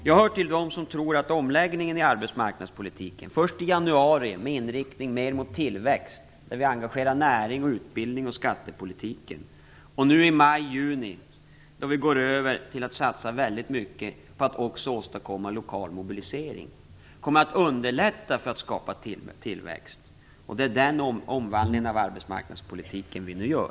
Jag hör till dem som tror att omläggningen i arbetsmarknadspolitiken - först i januari med inriktning mer mot tillväxt, där vi engagerade närings , utbildnings och skattepolitiken, och nu i maj/juni, då vi går över till att satsa väldigt mycket på att också åstadkomma lokal mobilisering - kommer att underlätta för att skapa tillväxt. Det är den omvandlingen av arbetsmarknadspolitiken vi nu gör.